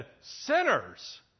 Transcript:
sinners